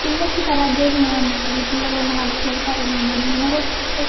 పిల్లి వచ్చి ఖరాబ్ చేసిందేమో మేడం ఈ పిల్లులే ఏమైనా అలా చేశారేమో మరి నేను అదే